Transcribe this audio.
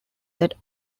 that